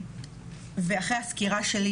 אחרי הסקירה שלי,